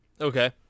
Okay